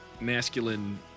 masculine